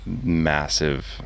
massive